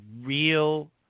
real